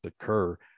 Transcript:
occur